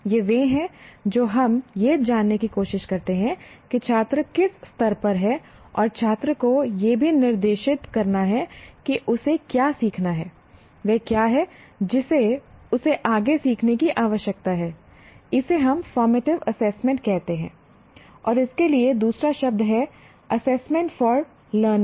ये वे हैं जो हम यह जानने की कोशिश करते हैं कि छात्र किस स्तर पर है और छात्र को यह भी निर्देशित करना है कि उसे क्या सीखना है वह क्या है जिसे उसे आगे सीखने की आवश्यकता है इसे हम फॉर्मेटिव एसेसमेंट कहते हैं और इसके लिए दूसरा शब्द है एसेसमेंट फॉर लर्निंग